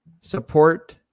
support